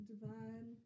divine